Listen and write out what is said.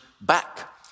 back